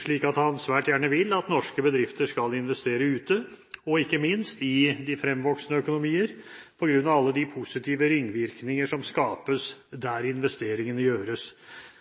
slik at de gjerne vil at norske bedrifter skal investere ute – og ikke minst i de fremvoksende økonomier – på grunn av alle de positive ringvirkningene som skapes der investeringene gjøres.